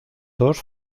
dos